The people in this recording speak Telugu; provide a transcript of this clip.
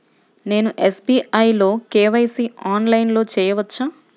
నేను ఎస్.బీ.ఐ లో కే.వై.సి ఆన్లైన్లో చేయవచ్చా?